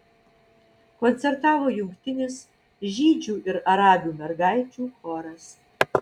koncertavo jungtinis žydžių ir arabių mergaičių choras